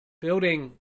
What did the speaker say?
building